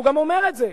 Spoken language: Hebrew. שהוא גם אומר את זה.